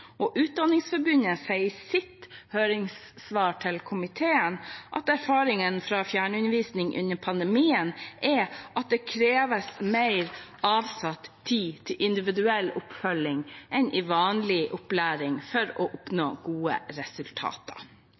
Utdanningsforbundet sier i sitt høringssvar til komiteen at erfaringen fra fjernundervisning under pandemien er at det kreves mer avsatt tid til individuell oppfølging enn i vanlig opplæring for å oppnå gode resultater.